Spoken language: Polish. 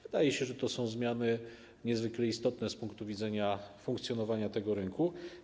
Wydaje się, że są to zmiany niezwykle istotne z punku widzenia funkcjonowania tego rynku.